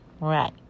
right